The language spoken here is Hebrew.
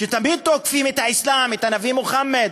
שתמיד תוקפים את האסלאם, את הנביא מוחמד,